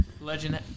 Legend